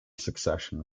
succession